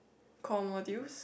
core modules